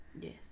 Yes